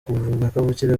kavukire